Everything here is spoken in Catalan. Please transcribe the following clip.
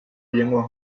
llengua